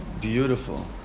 Beautiful